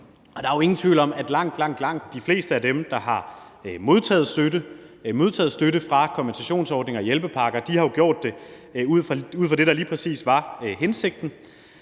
Der er jo ingen tvivl om, at langt, langt de fleste af dem, der har modtaget støtte fra kompensationsordninger og hjælpepakker, har gjort det i tråd med lige præcis det, der var hensigten,